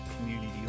community